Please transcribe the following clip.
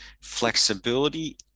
flexibility